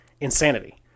insanity